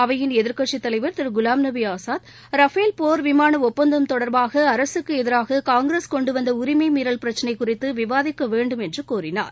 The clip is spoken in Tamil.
அவையின் எதிர்க்கட்சித் தலைவர் திரு குலாம்நபி ஆஸாத் ரஃபேல் போர் விமான ஒப்பந்தம் தொடர்பாக அரசுக்கு எதிராக காங்கிரஸ் கொண்டு வந்த உரிமை மீறல் பிரச்சினை குறித்து விவாதிக்க வேண்டும் என்று கோரினார்